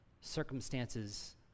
circumstances